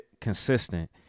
consistent